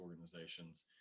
organizations